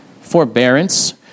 Forbearance